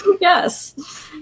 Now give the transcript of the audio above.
Yes